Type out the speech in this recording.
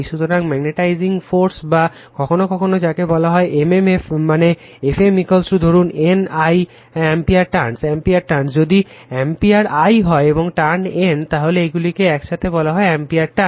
সুতরাং magnetising force বা কখনও কখনও যাকে বলা হয় m m f মানে Fm ধরুন N I ampere turns ampere turns যদি অ্যাম্পিয়ার I হয় এবং টার্ন হয় N তাহলে এগুলিকে একসাথে বলা হবে অ্যাম্পিয়ার টার্ন